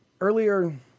earlier